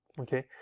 Okay